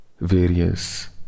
Various